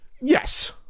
Yes